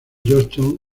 johnston